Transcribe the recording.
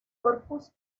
corpus